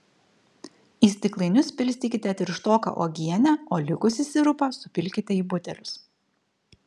į stiklainius pilstykite tirštoką uogienę o likusį sirupą supilkite į butelius